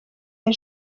gen